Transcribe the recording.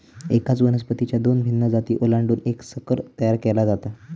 एकाच वनस्पतीच्या दोन भिन्न जाती ओलांडून एक संकर तयार केला जातो